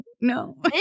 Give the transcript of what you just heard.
no